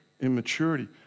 immaturity